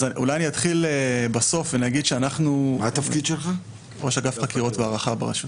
אני ראש אגף חקירות והערכה ברשות.